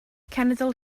cenedl